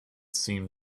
seemed